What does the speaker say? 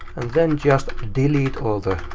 and then just delete all the